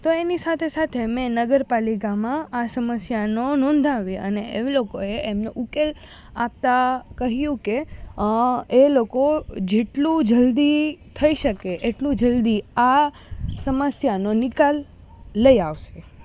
તો એની સાથે સાથે મેં નગરપાલિકામાં આ સમસ્યાનો નોંધાવી અને એ લોકોએ એમનો ઉકેલ આપતા કહ્યું કે એ લોકો જેટલું જલ્દી થઈ શકે એટલું જલ્દી આ સમસ્યાનો નિકાલ લઈ આવશે